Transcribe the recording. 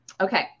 okay